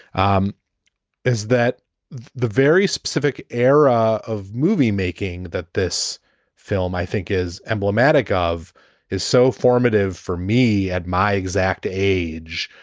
um is that the very specific era of moviemaking that this film, i think is emblematic of his so formative for me at my exact age.